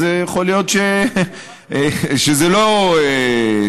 אז יכול להיות שזה לא יתקבל.